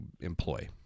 employ